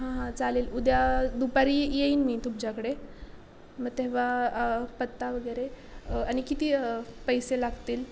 हां हां चालेल उद्या दुपारी येईन मी तुमच्याकडे मग तेव्हा पत्ता वगैरे आणि किती पैसे लागतील